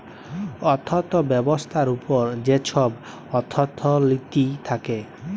অথ্থ ব্যবস্থার উপর যে ছব অথ্থলিতি থ্যাকে